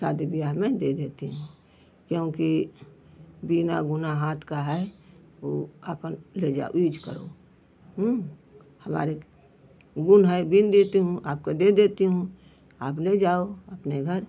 शादी ब्याह में दे देती हूँ क्योंकि बिना बुना हाथ का है ऊ अपन ले जाओ यूज करो हमारे गुण है बुन देती हूँ आपको दे देती हूँ आप ले जाओ अपने घर